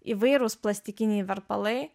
įvairūs plastikiniai verpalai